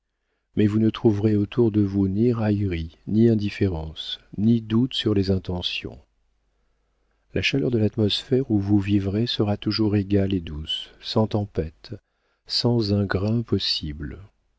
mais vous ne trouverez autour de vous ni raillerie ni indifférence ni doute sur les intentions la chaleur de l'atmosphère où vous vivez sera toujours égale et douce sans tempêtes sans un grain possible